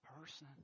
person